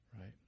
right